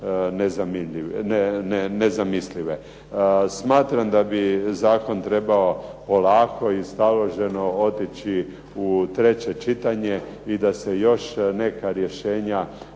nezamislive. Smatram da bi zakon trebao polako i staloženo otići u treće čitanje i da se još neka rješenja